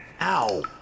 Ow